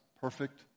perfect